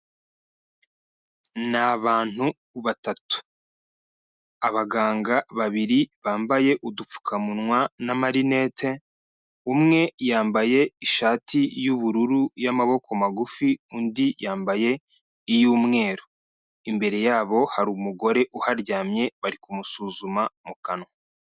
Ni abantu batatu. Abaganga babiri bambaye udupfukamunwa n'amarinete, umwe yambaye ishati y'ubururu y'amaboko magufi, undi yambaye iy'umweru. Imbere yabo hari umugore uharyamye bari kumusuzuma mu kanwa.